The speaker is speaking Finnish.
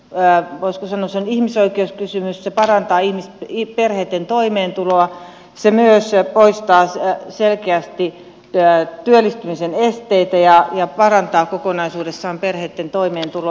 pää voisiko sanoa on ihmisoikeuskysymys se parantaa perheitten toimeentuloa se myös poistaa selkeästi työllistymisen esteitä ja parantaa kokonaisuudessaan perheitten toimeentuloa